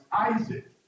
Isaac